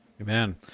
Amen